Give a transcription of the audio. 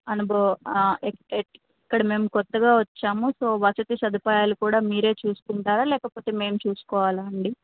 అనుభ ఎక్క ఇక్కడ మేము కొత్తగా వచ్చాము సో వసతి సదుపాయాలు కూడా మీరే చూసుకుంటారా లేకపోతే మేము చూసుకోవాలా అండి